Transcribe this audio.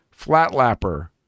Flatlapper